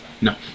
No